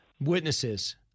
witnesses